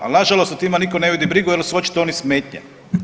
Ali na žalost o tima nitko ne vodi brigu, jer su očito oni smetnja.